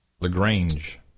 LaGrange